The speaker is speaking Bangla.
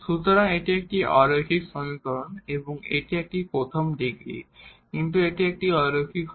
সুতরাং এটি একটি অ লিনিয়ার সমীকরণ এবং এটি একটি প্রথম ডিগ্রী কিন্তু এটি একটি অ লিনিয়ার হবে